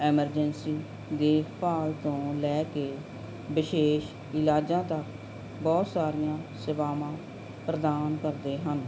emergency ਦੇ ਭਾਗ ਤੋਂ ਲੈ ਕੇ ਵਿਸ਼ੇਸ਼ ਇਲਾਜਾਂ ਤੱਕ ਬਹੁਤ ਸਾਰੀਆਂ ਸੇਵਾਵਾਂ ਪ੍ਰਦਾਨ ਕਰਦੇ ਹਨ